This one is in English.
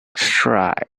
strike